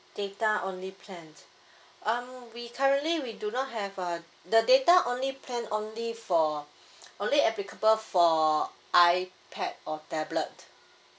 data only plans um we currently we do not have uh the data only plan only for only applicable for iPad or tablet